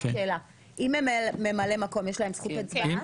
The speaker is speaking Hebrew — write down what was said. רק שאלה, אם הם ממלאי מקום יש להם זכות הצבעה?